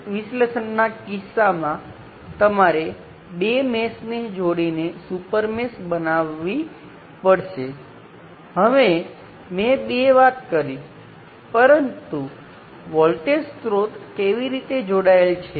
તેથી આ વોલ્ટેજને આપણે એકબીજાં સાથે જોડી શકતા નથી અને ત્યાં તે સમાંતર અને v નૉટ મૂલ્યનાં સિંગલ વોલ્ટેજ સ્ત્રોતની સમાન હશે